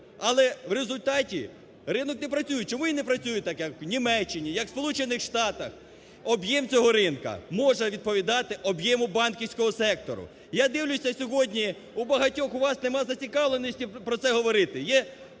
але в результаті ринок не працює. Чому він не працює так, як в Німеччині, як в Сполучених Штатах? Об'єм цього ринку може відповідати об'єму банківського сектору. Я дивлюся, сьогодні у багатьох у вас нема зацікавленості про це говорити.